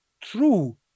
true